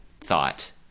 thought